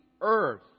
earth